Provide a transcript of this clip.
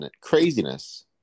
craziness